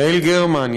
יעל גרמן,